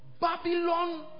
Babylon